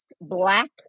black